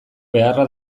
beharra